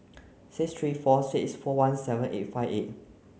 six three four six four one seven eight five eight